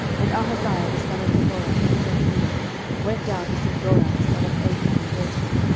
and ahaziah the son of jehoram king of judah went down to see joram the son of ahab in jezreel,